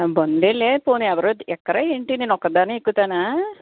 బందేలే పోనీ ఎవరూ ఎక్కరా ఎంటి నేను ఒక్కదాన్నే ఎక్కుతానా